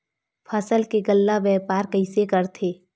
फसल के गल्ला व्यापार कइसे करथे?